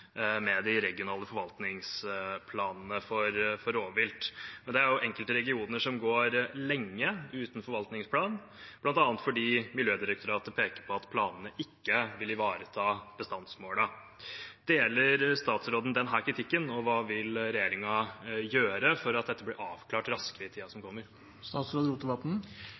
med de regionale forvaltningsplanene for rovvilt. Det er enkelte regioner som går lenge uten forvaltningsplan, bl.a. fordi Miljødirektoratet peker på at planene ikke vil ivareta bestandsmålene. Deler statsråden denne kritikken, og hva vil regjeringen gjøre for at dette blir avklart raskere i tiden som kommer?